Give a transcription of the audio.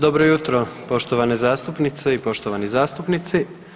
Dobro jutro poštovane zastupnice i poštovani zastupnici.